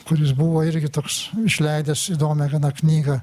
kuris buvo irgi toks išleidęs įdomią gana knygą